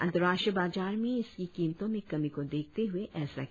अंतरराष्ट्रीय बाजार में इसकी कीमतों में कमी को देखते हुए ऐसा किया है